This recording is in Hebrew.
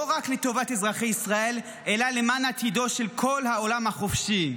לא רק לטובת אזרחי ישראל אלא למען עתידו של כל העולם החופשי,